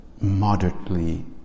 moderately